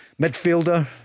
midfielder